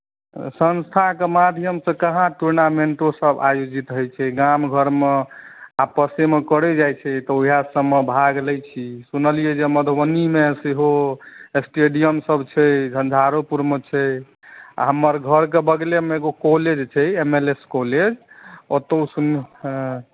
संस्थाके माध्यमसँ कहाँ टुर्नामेन्टोसभ आयोजित होइत छै गाम घरमे आपसेमे करय जाइत छै तऽ उएह सभमे भाग लैत छी सुनलियै जे मधुबनीमे सेहो स्टेडियमसभ छै झञ्झारोपुरमे छै आ हमर घरके बगलेमे एगो कॉलेज छै एम एल एस कॉलेज ओतहु सुन हँ